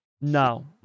No